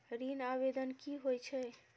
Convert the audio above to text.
ऋण आवेदन की होय छै?